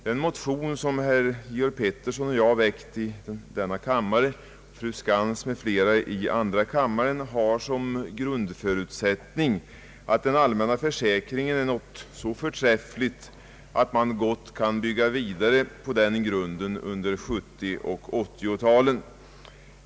Den motion som herr Georg Pettersson och jag väckt i denna kammare och fru Skantz m.fl. i andra kammaren har som grundförutsättning att den allmänna försäkringen är något så förträffligt, att man gott kan bygga vidare på den grunden under 1970 och 1980-talen.